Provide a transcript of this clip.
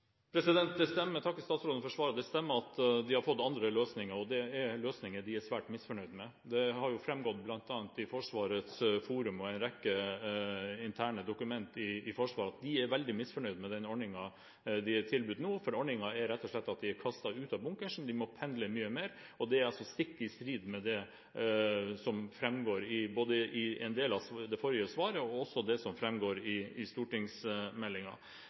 har fått andre løsninger, og det er løsninger de er svært misfornøyd med. Det har fremgått bl.a. i Forsvarets forum og i en rekke interne dokumenter i Forsvaret at de er veldig misfornøyd med den ordningen de nå er tilbudt, for ordningen er rett og slett at de er kastet ut av bunkersen, de må pendle mye mer, og det er stikk i strid med det som fremgår både i en del av det forrige svaret og også i stortingsmeldingen. Jeg synes det